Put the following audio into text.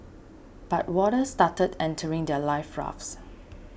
but water started entering their life rafts